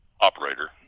operator